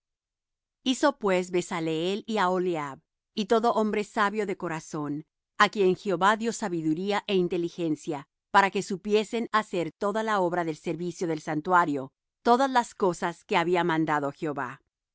hizo pues bezaleel y aholiab y todo hombre sabio de corazón á quien jehová dió sabiduría é inteligencia para que supiesen hacer toda la obra del servicio del santuario todas las cosas que había mandado jehová y